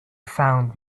found